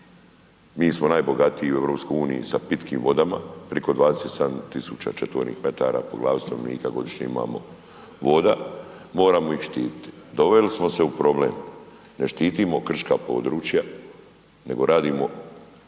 mi smo najbogatiji u EU sa pitkim vodama preko 27 tisuća četvornih metara po glavi stanovnika godišnje imamo voda, moramo ih štititi. Doveli smo se u problem, ne štitimo krška područja nego radimo